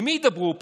עם מי ידברו פה,